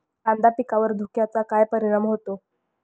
कांदा पिकावर धुक्याचा काय परिणाम होतो?